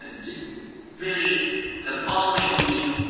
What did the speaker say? um just really ah following the,